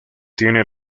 tiene